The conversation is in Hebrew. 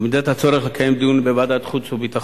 ובמידת הצורך לקיים דיון בוועדת חוץ וביטחון.